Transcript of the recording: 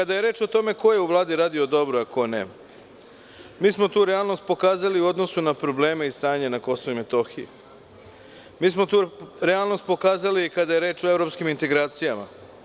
Kada je reč o tome ko je u Vladi radio dobro, a ko ne, mi smo tu realnost pokazali u odnosu na probleme i stanje na KiM, mi smo tu realnost pokazali i kada je reč o evropskim integracijama.